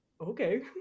okay